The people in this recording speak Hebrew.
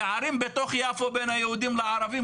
הפערים בתוך יפו בין היהודים לערבים,